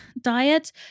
diet